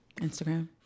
Instagram